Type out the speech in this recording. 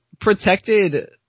protected